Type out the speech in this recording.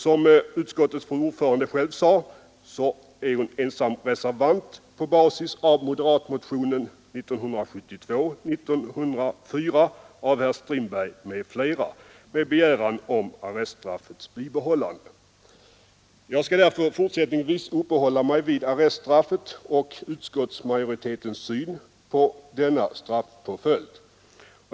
Som utskottets fru ordförande själv sade, är hon ensam reservant på basis av moderatmotionen 1904 av herr Strindberg m.fl. med begäran om arreststraffets bibehållande. Jag skall därför fortsättningsvis uppehålla mig vid arreststraffet och utskottsmajoritetens syn på denna straffpåföljd.